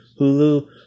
Hulu